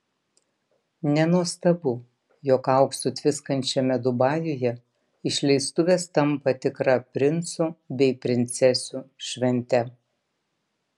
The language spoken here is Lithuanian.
nenuostabu jog auksu tviskančiame dubajuje išleistuvės tampa tikra princų bei princesių švente